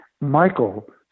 Michael